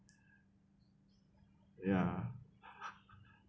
ya